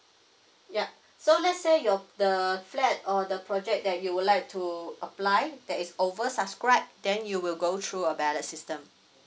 yup so let's say your the flat or the project that you would like to apply that is oversubscribed then you will go through a ballot system